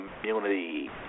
community